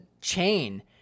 chain